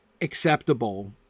acceptable